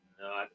No